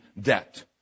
debt